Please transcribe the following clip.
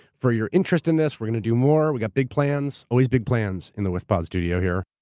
for your interest in this. we're going to do more. we got big plans. always big plans in the withpod studio here.